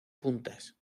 puntas